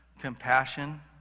compassion